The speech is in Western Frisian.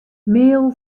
mail